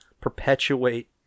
perpetuate